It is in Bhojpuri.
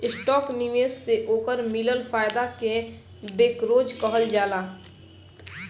स्टाक निवेश से ओकर मिलल फायदा के ब्रोकरेज कहल जाला